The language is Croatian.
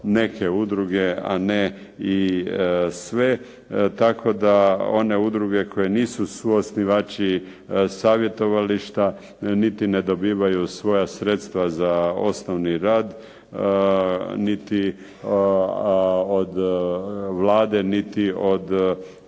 neke udruge, a ne i sve, tako da one udruge koje nisu suosnivači savjetovališta, niti ne dobivaju svoja sredstva za osnovni rad, niti od Vlade, niti od